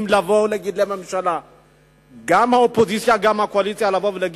גם הקואליציה וגם האופוזיציה,